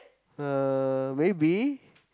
uh maybe